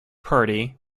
party